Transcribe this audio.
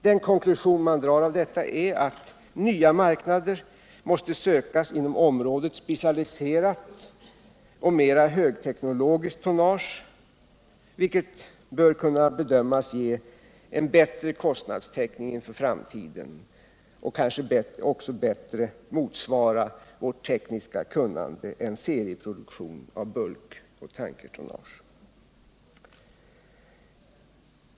Den konklusion man drar av detta är att nya marknader måste sökas inom området specialiserat och mera högteknologiskt tonnage, vilket bedöms kunna ge bättre kostnadstäckning inför framtiden, och kanske också bättre motsvara vårt tekniska kunnande än serieproduktion av bulkoch tankertonnage.